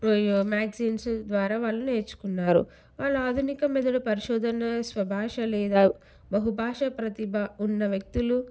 magazines ద్వారా వాళ్ళు నేర్చుకున్నారు వాళ్ళు ఆధునిక మెదడు పరిశోధన స్వభాష లేదా బహుభాష ప్రతిభ ఉన్న వ్యక్తులు